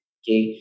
okay